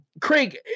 Craig